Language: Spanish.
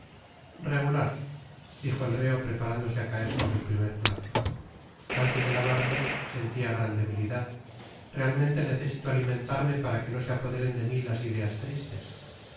regular dijo el reo preparándose a caer sobre el primer plato antes de lavarme sentía gran debilidad realmente necesito alimentarme para que no se apoderen de mí las ideas tristes